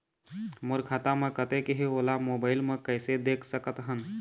मोर खाता म कतेक हे ओला मोबाइल म कइसे देख सकत हन?